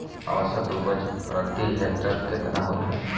औसत उपज प्रति हेक्टेयर केतना होखे?